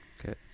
Okay